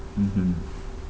mmhmm